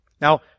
Now